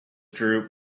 droop